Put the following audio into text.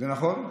נכון,